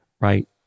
Right